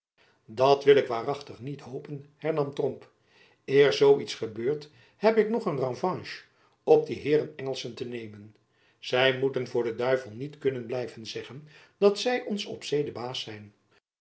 dat wil ik waarachtig niet hopen hernam tromp eer zoo iets gebeurt heb ik nog een revanche op die heeren engelschen te nemen zy moeten voor den duivel niet kunnen blijven zeggen dat zy ons op zee de baas zijn